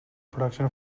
production